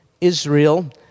Israel